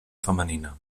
femenina